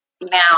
Now